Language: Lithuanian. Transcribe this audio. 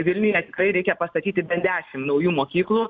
vilniuje tikrai reikia pastatyti bent dešim naujų mokyklų